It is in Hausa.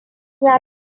ya